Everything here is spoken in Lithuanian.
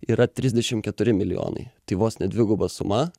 yra trisdešimt keturi milijonai tai vos ne dviguba suma